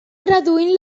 traduint